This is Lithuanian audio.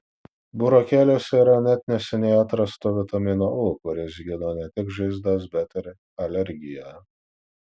burokėliuose yra net neseniai atrasto vitamino u kuris gydo ne tik žaizdas bet ir alergiją